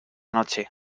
noche